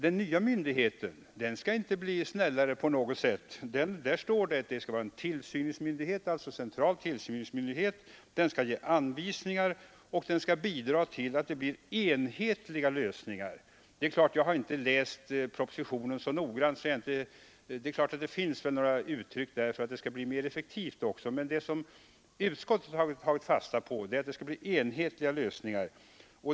Den nya myndigheten skall inte på något sätt bli mindre förmyndare. Den skall vara central tillsynsmyndighet, ge anvisningar och bidra till att enhetliga lösningar kommer till stånd. Jag har inte läst propositionen så noggrant — det är möjligt att det står någonting där om att den nya organisationen också skall bli mera effektiv. Men vad utskottet tagit fasta på är att det skall bli enhetliga lösningar.